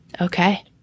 Okay